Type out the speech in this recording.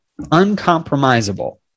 uncompromisable